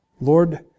Lord